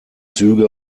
züge